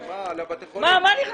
הממשלה.